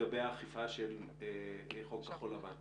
לגבי האכיפה של חוק כחול לבן?